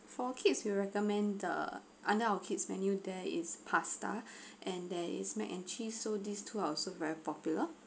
for kids we'll recommend the under our kids menu there is pasta and there is mac and cheese so these two are also very popular